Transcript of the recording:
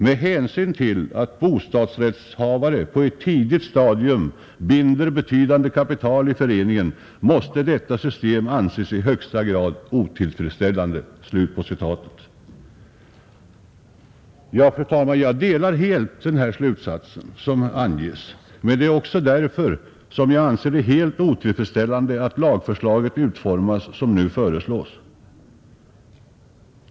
Med hänsyn till att bostadsrättshavarna på ett tidigt stadium binder betydande kapital i föreningen måste detta system anses i hög grad otillfredsställande.” Fru talman! Jag delar helt denna slutsats. Men det är också därför som jag anser det helt otillfredsställande att lagförslaget utformas så som nu föreslås.